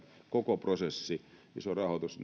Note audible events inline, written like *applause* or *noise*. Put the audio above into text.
koko prosessi iso rahoitus *unintelligible*